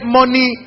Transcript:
money